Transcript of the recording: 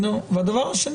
והדבר השני,